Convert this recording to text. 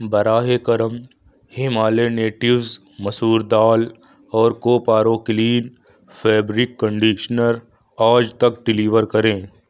براہِ کرم Himalayan natives مسور دال اور کوپارو کلین فیبرک کنڈیشنر آج تک ڈیلیور کریں